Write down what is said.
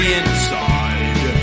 inside